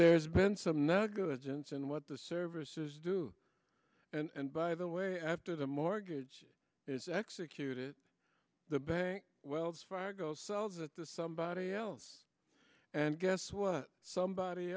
there's been some the good sense in what the services do and by the way after the mortgage is executed the bank wells fargo sells it the somebody else and guess what somebody